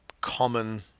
common